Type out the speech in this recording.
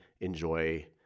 enjoy